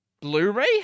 Blu-ray